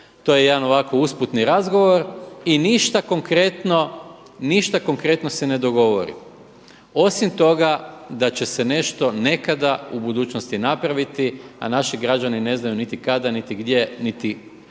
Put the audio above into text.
to je jedan ovako usputni razgovor i ništa konkretno se ne dogovori osim toga da će se nešto nekada u budućnosti napraviti, a naši građani ne znaju niti kada, niti gdje, niti kojim